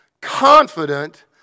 confident